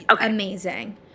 amazing